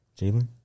Jalen